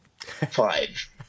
Five